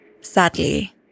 Sadly